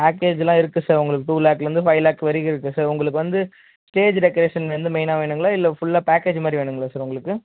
பேக்கேஜ்ஜெலாம் இருக்குது சார் உங்களுக்கு டூ லேக்கில் இருந்து ஃபைவ் லேக் வரைக்கும் இருக்குது சார் உங்களுக்கு வந்து ஸ்டேஜ் டெக்ரேஷன் வந்து மெயினாக வேணுங்களா இல்லை ஃபுல்லாக பேக்கேஜ் மாதிரி வேணுங்களா சார் உங்களுக்கு